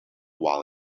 while